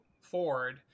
Ford